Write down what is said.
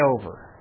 over